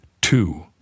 two